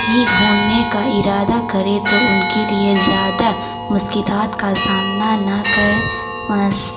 ہی گھومنے کا ارادہ کرے تو ان کے لیے زیادہ مشکلات کا سامنا نہ کر بس